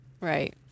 Right